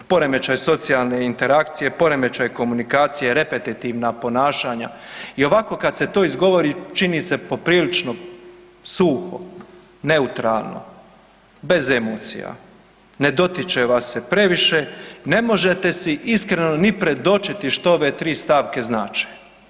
Poremećaj socijalne interakcije, poremećaj komunikacije, repetitivna ponašanja i ovako kad se to izgovori, čini se poprilično suho, neutralno, bez emocija, ne dotiče vas se previše, ne možete si iskreno ni predočiti što ove 3 stavke znače.